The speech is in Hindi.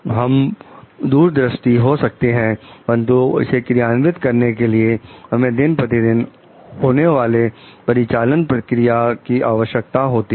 हम दूर दृष्टि हो सकते हैं परंतु इसे क्रियान्वित करने के लिए हमें दिन प्रतिदिन होने वाली परिचालन प्रक्रिया की आवश्यकता होती है